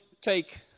take